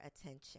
attention